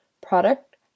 Product